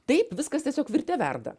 taip viskas tiesiog virte verda